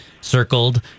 circled